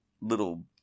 little